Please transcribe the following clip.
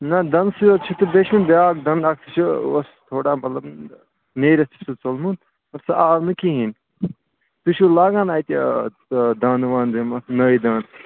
نہ دنٛدسٕے یوت چھِ تہٕ بیٚیہِ چھِ مےٚ بیٛاکھ دنٛد اَکھ سُہ چھِ تھوڑا مَطلب نیٖرِتھ چھِ سُہ ژوٚلمُت مگر سُہ آو نہٕ کِہیٖنۍ تُہۍ چھِو لاگان اَتہِ سُہ دنٛد ونٛد یِمہٕ نٔوۍ دنٛد